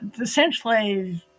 essentially